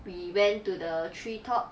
we went to the treetop